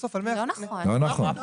לא נכון.